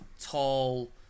tall